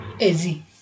Easy